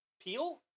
Peel